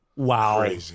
Wow